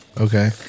okay